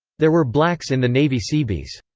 there were blacks in the navy seabees.